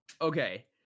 Okay